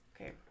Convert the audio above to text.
okay